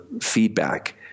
feedback